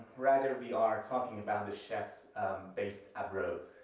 rather we are talking about the chefs based abroad,